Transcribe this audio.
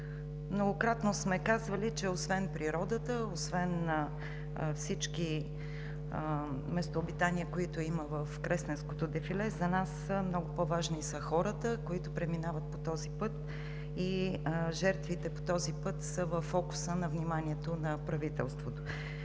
Многократно сме казвали, че освен природата, освен всички местообитания, които има в Кресненското дефиле, за нас много по-важни са хората, които преминават по този път и жертвите по този път са във фокуса на вниманието на правителството.